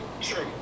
true